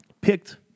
picked